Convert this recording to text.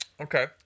Okay